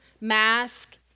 mask